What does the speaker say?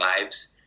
lives